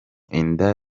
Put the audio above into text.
inda